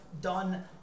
done